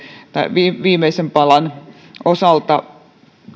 tai viimeisen palan osalta